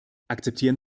akzeptieren